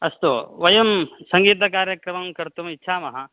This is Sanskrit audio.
अस्तु वयं सङ्गीतकार्यक्रमं कर्तुमिच्छामः